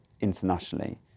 internationally